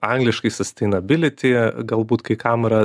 angliškai susteinability galbūt kai kam yra